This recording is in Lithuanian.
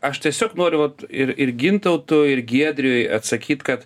aš tiesiog noriu vat ir ir gintautu ir giedriui atsakyt kad